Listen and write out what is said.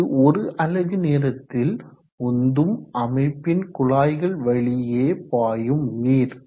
இது ஒரு அலகு நேரத்தில் உந்தும் அமைப்பின் குழாய்கள் வழியே பாயும் நீர்